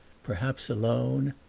perhaps alone,